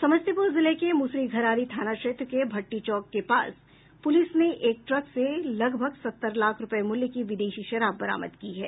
समस्तीपूर जिले के मूसरीघरारी थाना क्षेत्र के भट्टी चौक के पास पूलिस ने एक ट्रक से लगभग सत्तर लाख रूपये मुल्य की विदेशी शराब बरामद की है